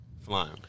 flying